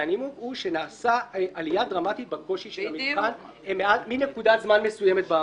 והנימוק הוא שנעשתה עליה דרמטית בקושי של המבחן מנקודת זמן מסוימת בעבר.